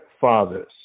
fathers